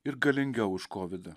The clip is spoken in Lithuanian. ir galingiau už kovidą